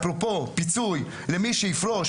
אפרופו פיצוי למי שיפרוש,